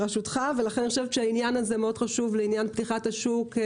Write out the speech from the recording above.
לכן אני חושבת שהעניין הזה מאוד חשוב לפתיחת השוק.